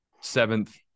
seventh